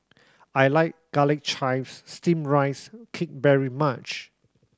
I like Garlic Chives Steamed Rice Cake very much